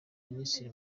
minisitiri